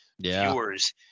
viewers